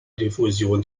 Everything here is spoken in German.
diffusion